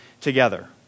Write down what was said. together